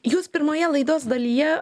jūs pirmoje laidos dalyje